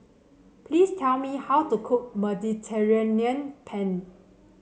please tell me how to cook Mediterranean Penne